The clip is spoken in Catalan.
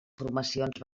formacions